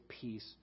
peace